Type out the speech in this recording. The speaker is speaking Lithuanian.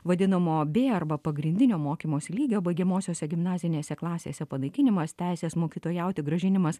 vadinamo bė arba pagrindinio mokymosi lygio baigiamosiose gimnazinėse klasėse panaikinimas teisės mokytojauti grąžinimas